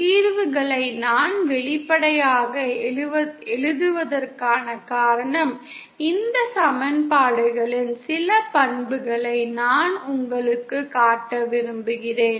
தீர்வுகளை நான் வெளிப்படையாக எழுதுவதற்கான காரணம் இந்த சமன்பாடுகளின் சில பண்புகளை நான் உங்களுக்குக் காட்ட விரும்புகிறேன்